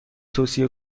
توصیه